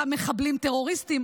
גם מחבלים טרוריסטים.